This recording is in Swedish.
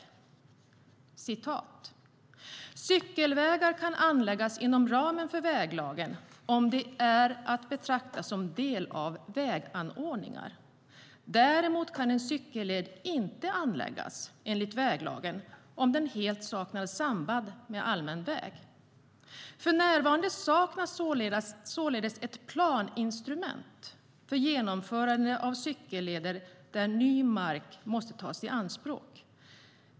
Låt mig citera: "Cykelvägar kan anläggas inom ramen för väglagen om de är att betrakta som del av väganordningar. Däremot kan en cykelled inte anläggas enligt väglagen om den helt saknar samband med allmän väg. För närvarande saknas således ett planinstrument för genomförande av cykelleder där ny mark måste tas i anspråk.